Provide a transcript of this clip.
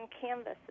canvases